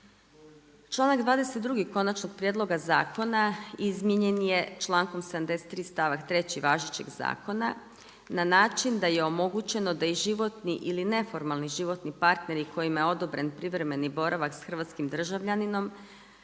Članak 22. konačnog prijedloga zakona izmijenjen je člankom 73. stavak 3. važećeg zakona, na način da je omogućeno da i životni ili neformalni životni partneri kojima je odobren privremeni boravak s hrvatskim državljaninom,